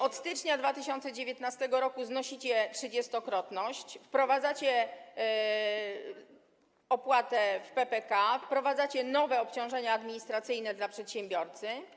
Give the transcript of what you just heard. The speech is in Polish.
Od stycznia 2019 r. znosicie trzydziestokrotność, wprowadzacie opłatę w PPK, wprowadzacie nowe obciążenia administracyjne dla przedsiębiorcy.